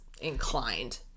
inclined